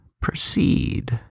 proceed